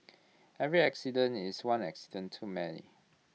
every accident is one accident too many